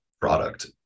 product